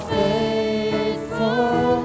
faithful